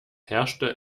herrschte